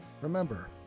Remember